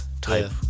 type